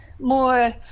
more